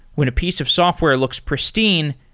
when a piece of software looks pristine,